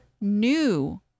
new